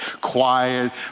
quiet